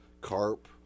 carp